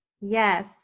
Yes